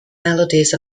melodies